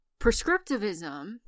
prescriptivism